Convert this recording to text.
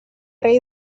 rei